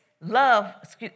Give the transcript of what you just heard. love